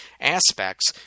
aspects